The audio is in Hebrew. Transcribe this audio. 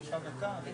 כי